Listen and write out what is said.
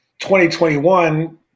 2021